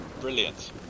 Brilliant